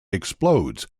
explodes